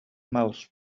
mawrth